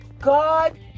God